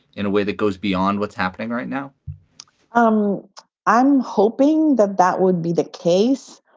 in a way that goes beyond what's happening right now um i'm hoping that that would be the case,